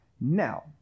now